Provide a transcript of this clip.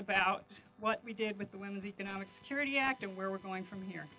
about what we did with the women's economic security act and where we're going from here